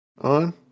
on